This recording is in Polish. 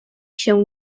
się